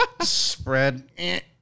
Spread